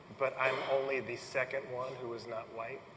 but i'm only the second one who was not white.